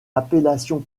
appellation